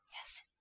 Yes